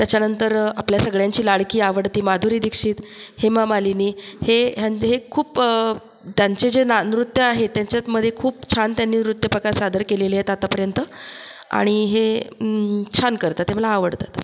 त्याच्यानंतर आपल्या सर्वांची लाडकी आवडती माधुरी दीक्षित हेमामालिनी हे खूप त्याचे जे नृत्य आहेत त्यांच्यामध्ये खूप छान त्यांनी नृत्यप्रकार सादर केलेत आतापर्यत आणि हे छान करतात ते मला आवडतात